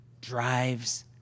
drives